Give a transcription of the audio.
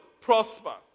prosper